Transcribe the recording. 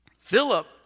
Philip